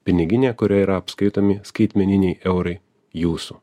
piniginė kurioje yra apskaitomi skaitmeniniai eurai jūsų